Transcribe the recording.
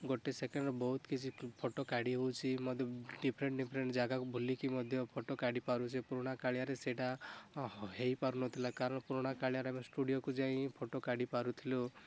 ଗୋଟେ ସେକେଣ୍ଡ ବହୁତ କିଛି ଫଟୋ କାଢ଼ି ହେଉଛି ଡିଫରେଣ୍ଟ ଡିଫରେଣ୍ଟ ଜାଗାକୁ ବୁଲିକି ମଧ୍ୟ ଫଟୋ କାଢ଼ି ପାରୁଛେ ପୁରୁଣା କାଳିଆରେ ସେଇଟା ହେଇ ପାରୁ ନଥିଲା କାରଣ ପୁରୁଣା କାଳିଆର ଆମେ ଷ୍ଟୁଡ଼ିଓକୁ ଯାଇ ଫଟୋ କାଢ଼ି ପାରୁଥିଲୁ